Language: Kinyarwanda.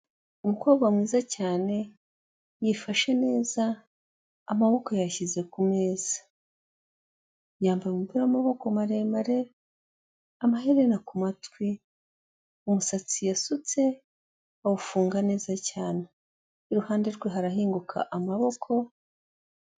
Umukobwa mwiza cyane yifashe neza, amaboko yayashyize ku meza, yambaye umupira w'amaboko maremare amaherena ku matwi, umusatsi yasutse awufunga neza cyane. Iruhande rwe harahinguka amaboko,,,